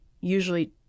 usually